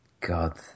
God